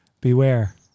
Beware